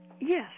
Yes